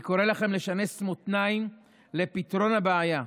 אני קורא לכם לשנס מותניים לפתרון הבעיה.